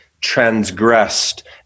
transgressed